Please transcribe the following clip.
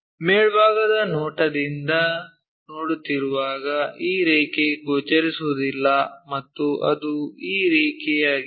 ಮೇಲ್ಭಾಗದ ನೋಟದಿಂದ ನೋಡುತ್ತಿರುವಾಗ ಈ ರೇಖೆ ಗೋಚರಿಸುವುದಿಲ್ಲ ಮತ್ತು ಅದು ಈ ರೇಖೆಯಾಗಿದೆ